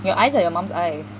your eyes are your mum's eyes